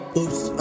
Oops